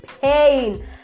pain